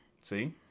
See